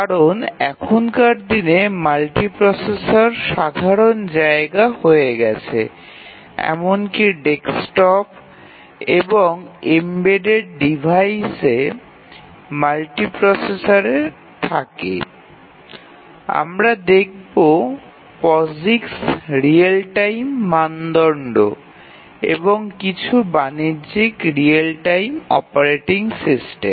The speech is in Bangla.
কারন এখনকার দিনে মাল্টিপ্রসেসর সাধারণ জায়গা হয়ে গেছে এমনকি ডেস্কটপ এবং এম্বেডেড ডিভাইসে মাল্টিপ্রসেসর থাকে এবং এরপর আমরা দেখবো পসিক্স রিয়েল টাইম মানদণ্ড এবং কিছু বাণিজ্যিক রিয়েল টাইম অপারেটিং সিস্টেম